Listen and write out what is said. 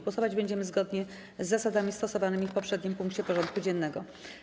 Głosować będziemy zgodnie z zasadami stosowanymi w poprzednim punkcie porządku dziennego.